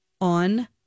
on